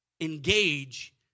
Engage